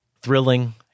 Thrilling